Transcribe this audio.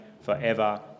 forever